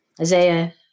Isaiah